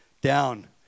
down